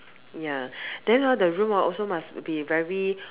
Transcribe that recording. ya then hor the room hor also must be very